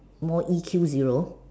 more E_Q zero